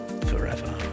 forever